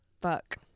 fuck